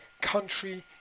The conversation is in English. country